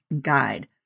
guide